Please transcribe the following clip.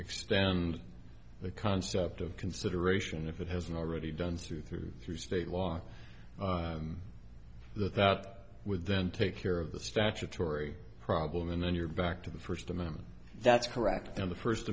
extend the concept of consideration if it has been already done through through through state law that that would then take care of the statutory problem and then you're back to the first amendment that's correct then the first